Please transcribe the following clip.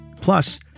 Plus